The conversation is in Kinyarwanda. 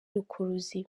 rukuruzi